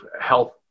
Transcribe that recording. health